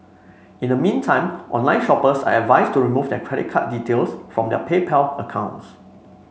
in the meantime online shoppers are advised to remove their credit card details from their PayPal accounts